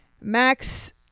Max